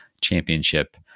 championship